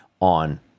on